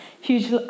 huge